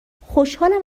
خوشحالم